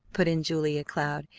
put in julia cloud,